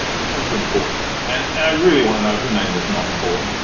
you come to important. and and i really want to know who named this not important.